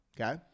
Okay